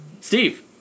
Steve